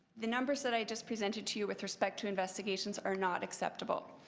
the numbers that i just presented to you with respect to investigations are not acceptable.